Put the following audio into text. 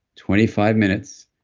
twenty five minutes.